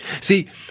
See